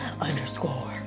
underscore